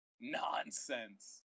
nonsense